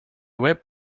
web